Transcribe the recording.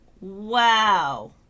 Wow